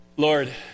Lord